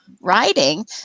writing